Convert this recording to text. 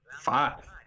five